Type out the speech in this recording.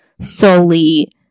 solely